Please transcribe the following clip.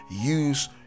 use